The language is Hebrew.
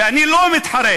ואני לא מתחרט",